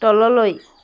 তললৈ